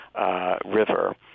river